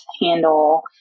handle